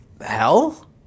hell